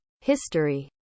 History